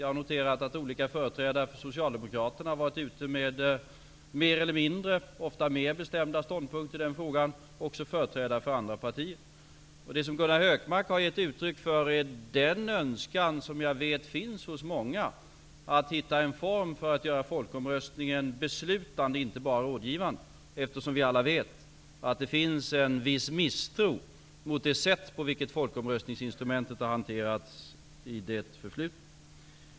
Jag har noterat att olika företrädare för Socialdemokraterna har varit ute med mer eller mindre -- ofta mer -- bestämda ståndpunkter i den frågan. Det gäller också företrädare för andra partier. Det som Gunnar Hökmark har gett uttryck för är den önskan som jag vet finns hos många, nämligen att hitta en form för att göra folkomröstningen beslutande, alltså inte bara rådgivande. Vi vet ju alla att det finns en viss misstro mot det sätt på vilket folkomröstningsinstrumentet har hanterats i det förflutna.